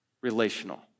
Relational